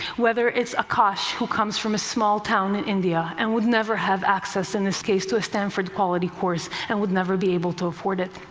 whether it's akash, who comes from a small town in india and would never have access in this case to a stanford-quality course and would never be able to afford it.